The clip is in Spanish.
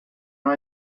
una